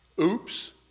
oops